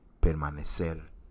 permanecer